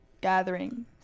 Gathering